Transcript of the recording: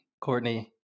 Courtney